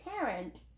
parent